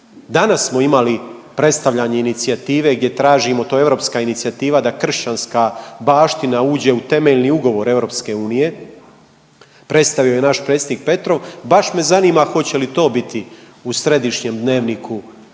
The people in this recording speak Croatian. Danas smo imali predstavljanje inicijative gdje tražimo, to je europska inicijativa da kršćanska baština uđe u temeljni ugovor EU, predstavio ju je naš predsjednik Petrov, baš me zanima hoće li to biti u središnjem dnevniku